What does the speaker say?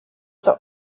the